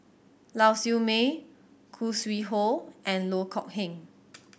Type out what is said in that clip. Lau Siew Mei Khoo Sui Hoe and Loh Kok Heng